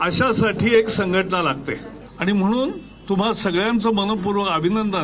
अशासाठी एक संघटना लागते आणि म्हणून तुम्हा सगळ्यांचं मनःपूर्वक अभिनंदन